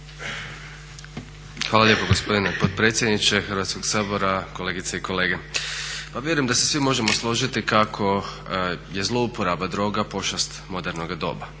Hvala lijepo gospodine potpredsjedniče Hrvatskog sabora, kolegice i kolege. Pa vjerujem da se svi možemo složiti kako je zlouporaba droga pošast modernoga doba.